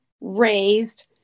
raised